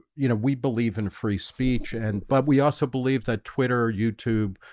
you know we believe in free speech and but we also believe that twitter youtube,